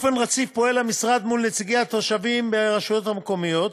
המשרד פועל באופן רציף מול נציגי התושבים ברשויות המקומיות,